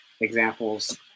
examples